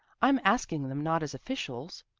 i'm asking them not as officials,